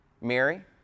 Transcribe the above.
Mary